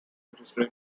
interested